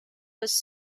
was